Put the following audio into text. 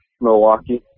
Milwaukee